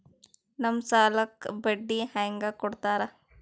ನಮ್ ಸಾಲಕ್ ಬಡ್ಡಿ ಹ್ಯಾಂಗ ಕೊಡ್ತಾರ?